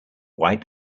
white